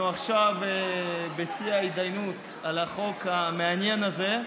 אנחנו עכשיו בשיא ההתדיינות על החוק המעניין הזה.